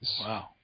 Wow